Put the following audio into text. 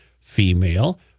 female